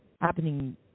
happening